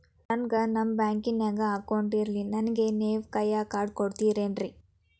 ನನ್ಗ ನಮ್ ಬ್ಯಾಂಕಿನ್ಯಾಗ ಅಕೌಂಟ್ ಇಲ್ರಿ, ನನ್ಗೆ ನೇವ್ ಕೈಯ ಕಾರ್ಡ್ ಕೊಡ್ತಿರೇನ್ರಿ?